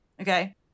Okay